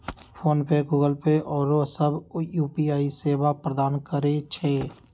PhonePe, Google Pay आउरो सभ UPI सेवा प्रदान करै छै